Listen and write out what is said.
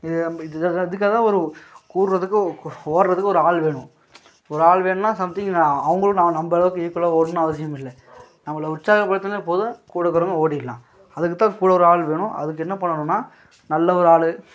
இது நம்ம இதுக்காக தான் ஒரு கூட்றதுக்கு ஓடுறதுக்கு ஒரு ஆள் வேணும் ஒரு ஆள் வேணும்னா சம்திங் நான் அவங்களும் நான் நம்மளவுக்கு ஈக்குவலாக ஓட்டணுன்னு அவசியம் இல்லை நம்மளை உற்சாகபடுத்துனா போதும் கூட இருக்கிறவங்க ஓடிரலாம் அதுக்கு தான் கூட ஒரு ஆள் வேணும் அதுக்கு என்ன பண்ணனும்னா நல்ல ஒரு ஆள்